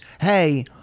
hey